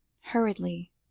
hurriedly